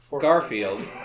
Garfield